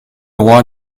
roi